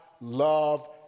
love